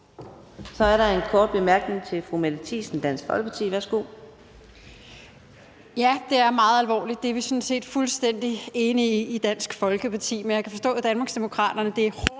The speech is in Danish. Så er der en kort bemærkning til fru Mette Thiesen, Dansk Folkeparti. Værsgo. Kl. 10:50 Mette Thiesen (DF): Ja, det er meget alvorligt, det er vi sådan set fuldstændig enige i i Dansk Folkeparti. Men jeg kan forstå på Danmarksdemokraterne,